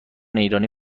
ایرانی